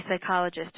Psychologist